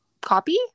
copy